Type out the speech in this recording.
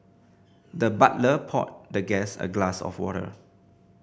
the butler poured the guest a glass of water